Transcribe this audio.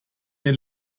den